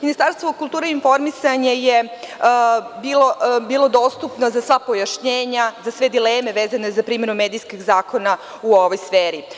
Ministarstvo kulture i informisanja je bilo dostupno za sva pojašnjenja, za sve dileme vezane za primenu medijskih zakona u ovoj sferi.